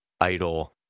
idol